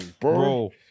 Bro